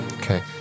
Okay